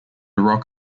rock